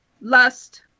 lust